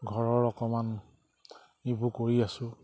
ঘৰৰ অকমান এইবোৰ কৰি আছোঁ